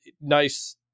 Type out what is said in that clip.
nice